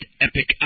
epic